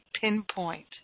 pinpoint